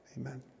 amen